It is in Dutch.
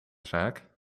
zaak